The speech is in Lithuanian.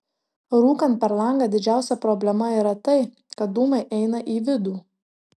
rūkant per langą didžiausia problema yra tai kad dūmai eina į vidų